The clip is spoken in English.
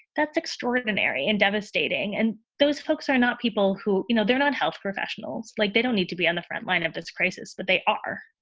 that's extraordinary and devastating. and those folks are not people who, you know, they're not health professionals. like they don't need to be on the front line of this crisis, but they are.